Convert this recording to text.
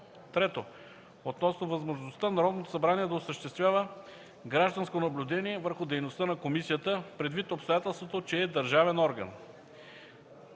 - Относно възможността Народното събрание да осъществява гражданско наблюдение върху дейността на Комисията, предвид обстоятелството, че е държавен орган;